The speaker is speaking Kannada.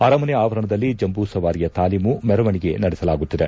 ಅರಮನೆ ಆವರಣದಲ್ಲಿ ಜಂಬೂ ಸವಾರಿಯ ತಾಲೀಮು ಮೆರವಣಿಗೆ ನಡೆಸಲಾಗುತ್ತಿದೆ